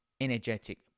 energetic